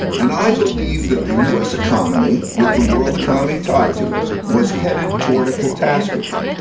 and i believed that the us economy, with the world economy tied to it, was headed toward a catastrophe.